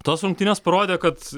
tos rungtynės parodė kad